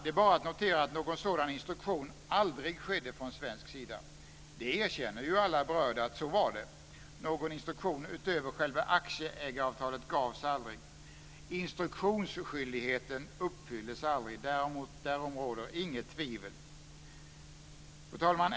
Det är bara att notera att någon sådan instruktion aldrig skedde från svensk sida. Alla berörda erkänner att det var så. Någon instruktion utöver själva aktieägaravtalet gavs aldrig. Instruktionsskyldigheten uppfylldes aldrig - därom råder inget tvivel. Fru talman!